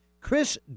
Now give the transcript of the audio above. Chris